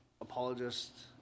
apologists